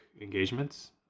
engagements